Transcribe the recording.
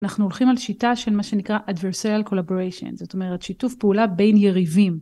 אנחנו הולכים על שיטה של מה שנקרא adversarial collaboration זאת אומרת שיתוף פעולה בין יריבים.